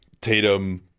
tatum